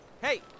Hey